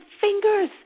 fingers